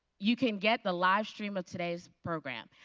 you can get the livestream of today's program.